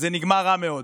זה נגמר רע מאוד.